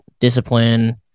discipline